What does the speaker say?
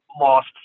lost